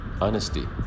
Honesty